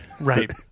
Right